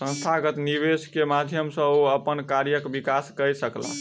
संस्थागत निवेश के माध्यम सॅ ओ अपन कार्यक विकास कय सकला